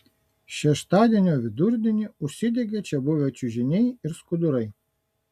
šeštadienio vidurdienį užsidegė čia buvę čiužiniai ir skudurai